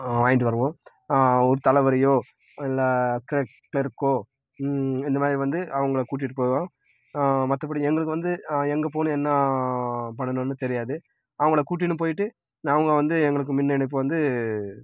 வாங்கிட்டு வருவோம் ஊர் தலைவரையோ இல்லை கிள கிளர்க்கோ இந்தமாதிரி வந்து அவங்களை கூட்டிட்டு போவோம் மற்றபடி எங்களுக்கு வந்து எங்கே போகணும் என்ன பண்ணணும்னு தெரியாது அவங்களை கூட்டினு போய்ட்டு நாங்கள் வந்து எங்களுக்கு மின் இணைப்பை வந்து